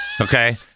Okay